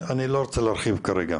אנחנו לא נפתור את הבעיה,